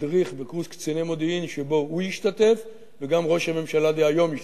מדריך בקורס קציני מודיעין שבו הוא השתתף וגם ראש הממשלה דהיום השתתף,